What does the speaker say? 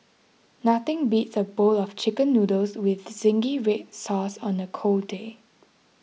nothing beats a bowl of Chicken Noodles with Zingy Red Sauce on a cold day